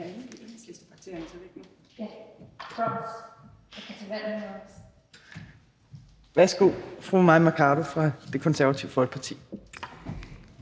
er fru Mai Mercado fra Det Konservative Folkeparti.